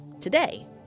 today